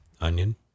onion